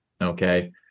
Okay